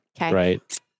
right